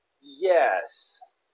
yes